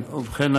ובכן,